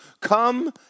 come